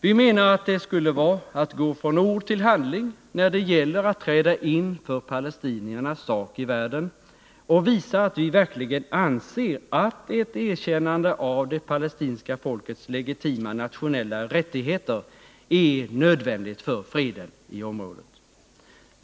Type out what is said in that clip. Vi menar att det skulle vara att gå från ord till handling när det gäller att träda in för palestiniernas sak i världen och visa att vi verkligen anser att ett erkännande av det palestinska folkets legitima nationella rättigheter är nödvändigt för freden i området.